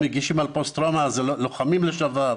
מגישים תביעה על פוסט טראומה אז זה לוחמים לשעבר.